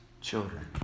children